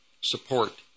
support